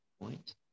point